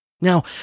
Now